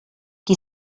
qui